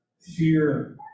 fear